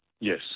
Yes